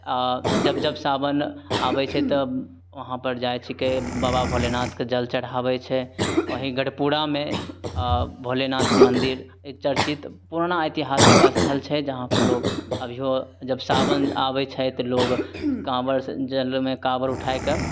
आओर जब जब सावन आबय छै तब वहाँपर जाइ छीकै बाबा भोलेनाथके जल चढ़ाबय छै वहीं गढ़पुरामे भोलेनाथके मन्दिर चर्चित पुराना एतिहासिक स्थल छै जहाँपर लोग अभियो जब सावन आबय छै तऽ लोग काँवर सँ जलमे काँवर उठायके